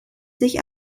sich